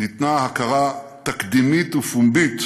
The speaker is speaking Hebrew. ניתנה הכרה תקדימית ופומבית